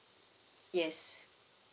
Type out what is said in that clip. yes